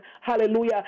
hallelujah